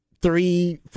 three